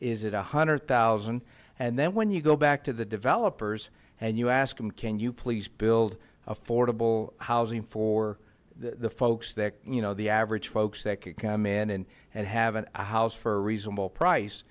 is it a hundred thousand and then when you go back to the developers and you ask them can you please build affordable housing for the folks that you know the average folks that could come in and and have a house for a reasonable price